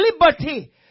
liberty